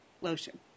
lotion